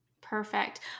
Perfect